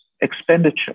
expenditure